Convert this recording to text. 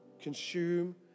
consume